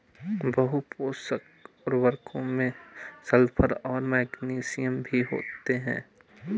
बहुपोषक उर्वरकों में सल्फर और मैग्नीशियम भी होते हैं